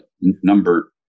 number